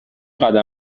قدم